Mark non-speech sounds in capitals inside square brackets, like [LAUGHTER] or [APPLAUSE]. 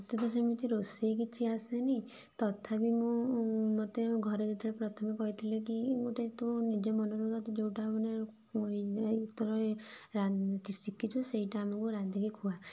ମୋତେ ତ ସେମିତି ରୋଷେଇ କିଛି ଆସେନି ତଥାପି ମୁଁ ମୋତେ ଘରେ ଯେତେବେଳେ ପ୍ରଥମେ କହିଥିଲେ କି ଗୋଟେ ତୁ ନିଜ ମନରୁ ତୋତେ ଯୋଉଟା ମାନେ [UNINTELLIGIBLE] ତୋର ରାନ୍ଧି ଶିଖିଛୁ ସେଇଟା ଆମକୁ ରାନ୍ଧିକି ଖୁଆ